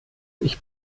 ich